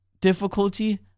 difficulty